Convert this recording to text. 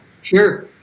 sure